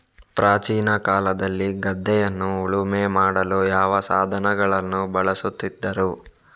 ಪ್ರಾಚೀನ ಕಾಲದಲ್ಲಿ ಗದ್ದೆಯನ್ನು ಉಳುಮೆ ಮಾಡಲು ಯಾವ ಸಾಧನಗಳನ್ನು ಬಳಸುತ್ತಿದ್ದರು?